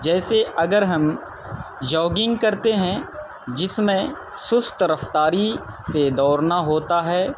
جیسے اگر ہم جوگنگ کرتے ہیں جس میں سست رفتاری سے دوڑنا ہوتا ہے